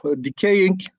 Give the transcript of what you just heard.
decaying